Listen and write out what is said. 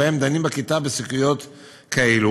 ובהן דנים בכיתה בסוגיות כאלה,